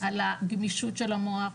על הגמישות של המוח,